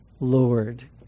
Lord